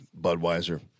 Budweiser